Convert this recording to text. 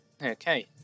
Okay